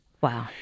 Wow